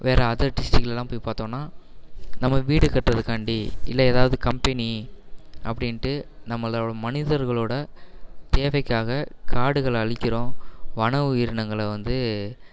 வேறு அதர் டிஸ்ட்ரிக்லேலாம் போய் பாத்தோம்னா நம்ம வீடு கட்டுறதுக்காண்டி இல்லை ஏதாவது கம்பெனி அப்படின்ட்டு நம்மளோட மனிதர்களோட தேவைக்காக காடுகளை அழிக்கிறோம் வன உயிரினங்களை வந்து